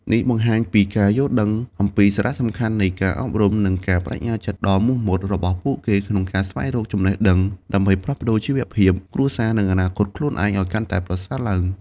នេះបង្ហាញពីការយល់ដឹងអំពីសារៈសំខាន់នៃការអប់រំ និង ការប្តេជ្ញាចិត្តដ៏មោះមុត របស់ពួកគេក្នុងការស្វែងរកចំណេះដឹង ដើម្បីផ្លាស់ប្តូរជីវភាពគ្រួសារ និងអនាគតខ្លួនឯងឲ្យកាន់តែប្រសើរឡើង។